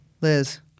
Liz